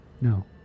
No